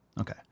okay